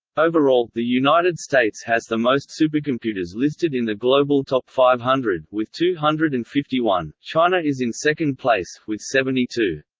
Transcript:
overall, the united states has the most supercomputers listed in the global top five hundred, with two hundred and fifty one china is in second place, with seventy two.